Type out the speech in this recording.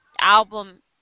album